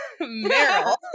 Meryl